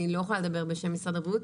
לדבר בשם משרד הבריאות.